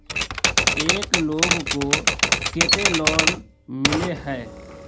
एक लोग को केते लोन मिले है?